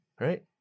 Right